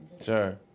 Sure